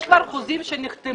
יש כבר חוזים שנחתמו.